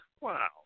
Wow